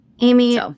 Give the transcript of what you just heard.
Amy